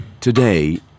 Today